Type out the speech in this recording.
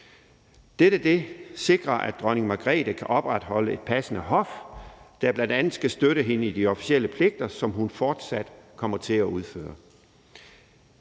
Dette sikrer, at dronning Margrethe kan opretholde et passende hof, der bl.a. skal støtte hende i de officielle pligter, som hun fortsat kommer til at udføre.